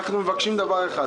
אנחנו מבקשים דבר אחד,